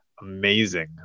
amazing